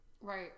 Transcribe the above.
Right